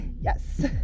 Yes